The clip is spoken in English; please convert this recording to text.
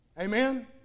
Amen